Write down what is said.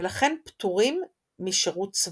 ולכן פטורים משירות צבאי.